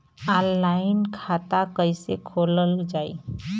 Online खाता कईसे खोलल जाई?